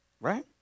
right